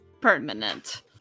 permanent